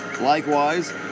Likewise